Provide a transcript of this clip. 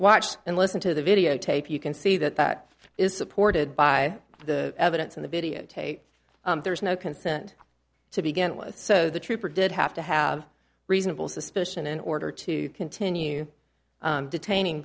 watch and listen to the videotape you can see that that is supported by the evidence in the videotape there is no consent to begin with so the trooper did have to have reasonable suspicion in order to continue detaining